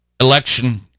election